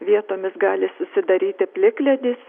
vietomis gali susidaryti plikledis